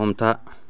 हमथा